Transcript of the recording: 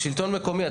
שלטון מקומי,